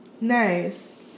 nice